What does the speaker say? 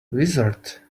wizard